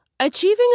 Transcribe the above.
Achieving